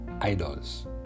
idols